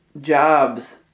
Jobs